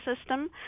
system